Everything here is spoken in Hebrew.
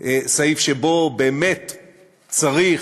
סעיף שבו באמת צריך,